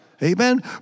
Amen